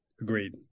Agreed